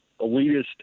elitist